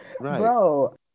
bro